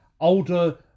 older